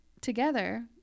together